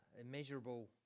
immeasurable